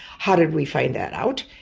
how did we find that out?